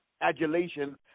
adulation